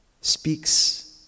speaks